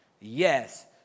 Yes